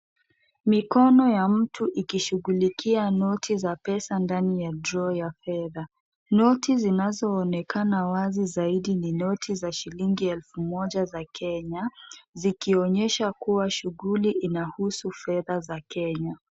Mikono ya mtu ikishughulikia noti za pesa ndani ya drawer ya fedha. Noti zinazo onekana wazi zaidi ni noti za shilingi elfu moja za Kenya, zikionyesha kuwa shughuli inahusu fedha ya Kenya.